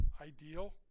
ideal